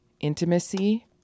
intimacy